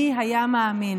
מי היה מאמין?